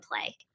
play